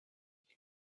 they